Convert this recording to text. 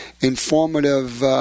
informative